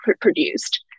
produced